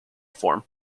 form